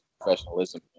professionalism